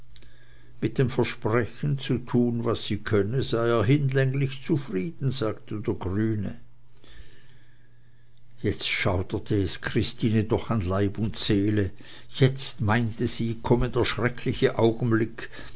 mit dem versprechen zu tun was sie könne sei er hinlänglich zufrieden sagte der grüne jetzt schauderte es christine doch an leib und seele jetzt meinte sie komme der schreckliche augenblick